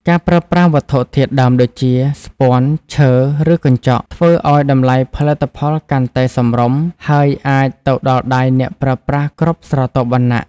ការប្រើប្រាស់វត្ថុធាតុដើមដូចជា ស្ពាន់ ឈើ ឬកញ្ចក់ ធ្វើឱ្យតម្លៃផលិតផលកាន់តែ សមរម្យ ហើយអាចទៅដល់ដៃអ្នកប្រើប្រាស់គ្រប់ស្រទាប់វណ្ណៈ។